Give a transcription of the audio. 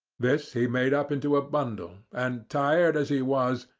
this he made up into a bundle, and, tired as he was,